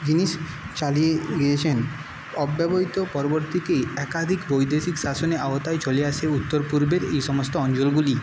জিনিস চালিয়ে গিয়েছেন অব্যবহৃত পরবর্তীকে একাধিক বৈদেশিক শাসনের আওতায় চলে আসে উত্তর পূর্বের এই সমস্ত অঞ্চলগুলি